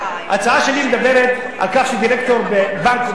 ההצעה שלי מדברת על כך שדירקטור בבנק או